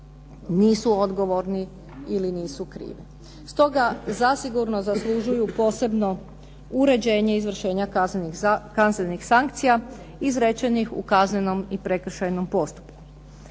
nisu odgovorni ili nisu krivi. Stoga zasigurno zaslužuju posebno uređenje izvršenja kaznenih sankcija izrečenih u kaznenom i prekršajnom postupku.